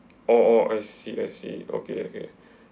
oh I see I see okay okay